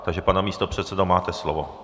Takže pane místopředsedo, máte slovo.